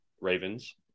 ravens